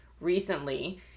recently